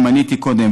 שמניתי קודם,